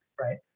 right